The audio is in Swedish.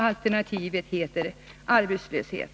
Alternativet heter arbetslöshet.